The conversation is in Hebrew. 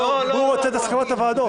והוא רוצה את הסכמת הוועדות.